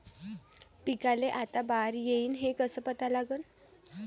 पिकाले आता बार येईन हे कसं पता लागन?